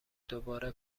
دوباره